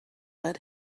let